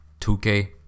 2K